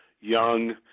young